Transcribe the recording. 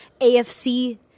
AFC